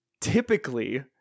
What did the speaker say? typically